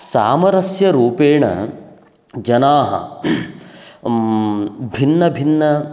सामरस्य रूपेण जनाः भिन्नभिन्नाः